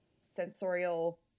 sensorial